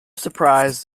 surprise